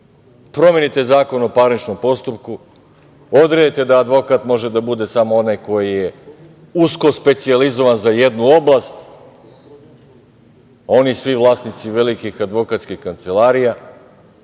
promenite Zakon o parničnom postupku, odredite da advokat može da bude samo onaj koji je usko specijalizovan za jednu oblast, oni svi vlasnici velikih advokatskih kancelarija,